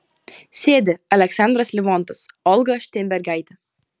sėdi aleksandras livontas olga šteinbergaitė